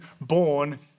born